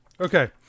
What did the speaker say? Okay